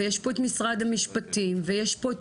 יש פה את משרד המשפטים ויש פה את